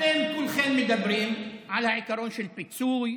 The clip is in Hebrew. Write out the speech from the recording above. אתם כולכם מדברים על העיקרון של פיצוי,